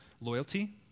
loyalty